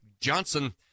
Johnson